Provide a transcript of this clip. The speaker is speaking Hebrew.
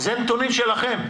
אלה נתונים שלכם.